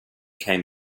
came